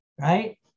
right